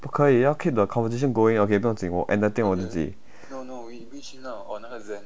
不可以要 keep the conversation going okay 不用紧我 entertain 我自己